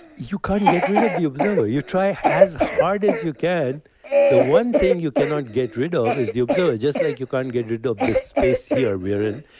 you can't get rid of the observer. you try as hard as you can the one thing you cannot get rid of is the observer, just like you can't get rid of this space here we are in.